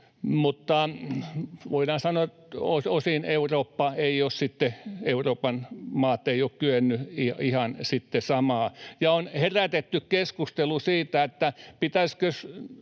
mutta voidaan sanoa, että osin Eurooppa, Euroopan maat eivät ole kyenneet ihan samaan. Ja on herätetty keskustelu siitä, pitäisikö